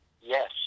Yes